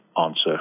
answer